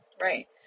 Right